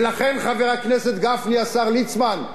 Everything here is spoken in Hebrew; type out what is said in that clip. ולכן, חבר הכנסת גפני, השר ליצמן,